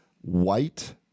white